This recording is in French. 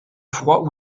froid